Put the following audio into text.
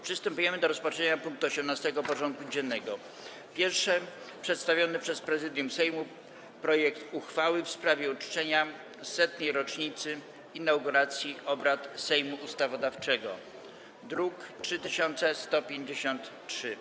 Przystępujemy do rozpatrzenia punktu 18. porządku dziennego: Przedstawiony przez Prezydium Sejmu projekt uchwały w sprawie uczczenia 100. rocznicy inauguracji obrad Sejmu Ustawodawczego (druk nr 3153)